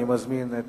אני מזמין את